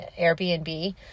Airbnb